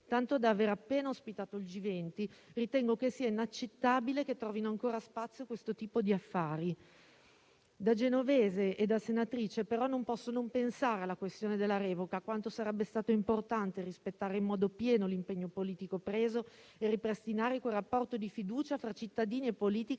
tanto da aver appena ospitato il G20, ritengo che sia inaccettabile che trovino ancora spazio questo tipo di affari. Da genovese e da senatrice, però, non posso non pensare alla questione della revoca, a quanto sarebbe stato importante rispettare in modo pieno l'impegno politico preso e ripristinare quel rapporto di fiducia tra cittadini e politica